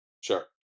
Sure